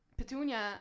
petunia